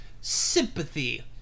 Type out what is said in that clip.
Sympathy